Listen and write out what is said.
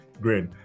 great